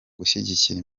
gushyigikira